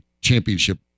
championship